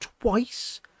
twice